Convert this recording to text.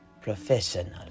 professional